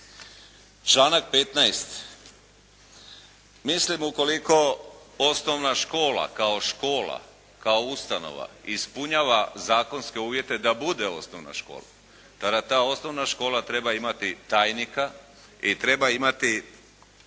Članak 15. Mislim ukoliko osnovna škola kao škola, kao ustanova ispunjava zakonske uvjete da bude osnovna škola, tada ta osnovna škola treba imati tajnika i treba imati